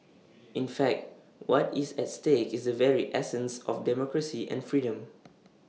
in fact what is at stake is the very essence of democracy and freedom